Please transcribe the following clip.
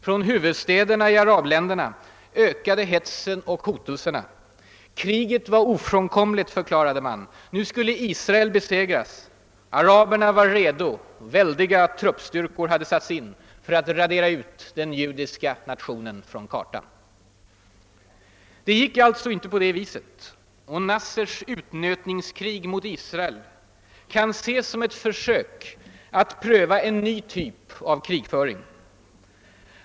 Från huvudstäderna i arabstaterna ökade hetsen och hotelserna: kriget var ofrånkomligt, förklarade man, nu skulle Israel besegras, araberna var redo, väldiga truppstyrkor hade satts in för att radera ut den judiska nationen från kartan. Det gick alltså inte så. Och Nassers utnötningskrig mot Israel kan ses som ett försök att pröva en ny typ av krigföring.